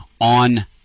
on